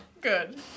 Good